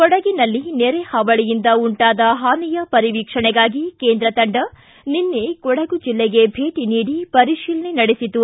ಕೊಡಗಿನಲ್ಲಿ ನೆರೆಹಾವಳಿಯಿಂದ ಉಂಟಾದ ಹಾನಿಯ ಪರಿವೀಕ್ಷಣೆಗಾಗಿ ಕೇಂದ್ರ ತಂಡ ನಿನ್ನೆ ಕೊಡಗು ಜಿಲ್ಲೆಗೆ ಭೇಟ ನೀಡಿ ಪರೀಶಿಲನೆ ನಡೆಸಿತು